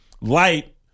light